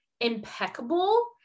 impeccable